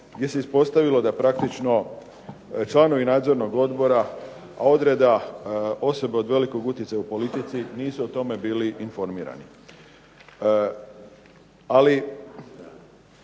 gdje se ispostavilo da praktično članovi nadzornog odbora, odreda osobe od velikog utjecaja u politici, nisu o tome bili informirani. Ali